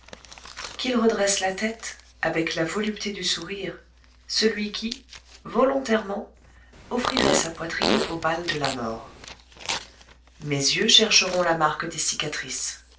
qu'il redresse la tête avec la volupté du sourire celui qui volontairement offrirait sa poitrine aux balles de la mort mes yeux chercheront la marque des cicatrices